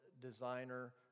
designer